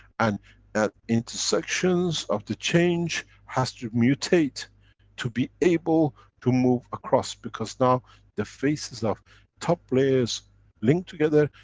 and at intersections of the change has to mutate to be able to move across because now the faces of top layers link together,